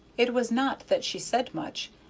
it was not that she said much,